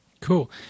Cool